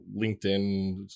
linkedin